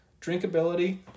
Drinkability